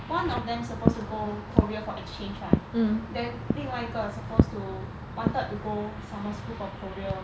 one of them supposed to go korea for exchange right then 另外一个 supposed to wanted to go summer school for korea